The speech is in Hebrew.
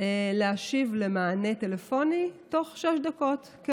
להשיב למענה טלפוני תוך שש דקות,